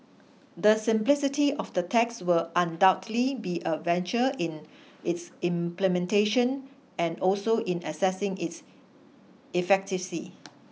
the simplicity of the tax will undoubtedly be a venture in its implementation and also in assessing its efficacy